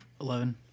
Eleven